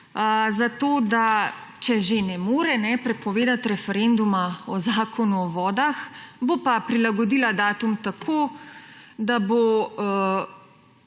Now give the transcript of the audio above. zato da če že ne more prepovedati referenduma o Zakonu o vodah, bo pa prilagodila datum tako, da bo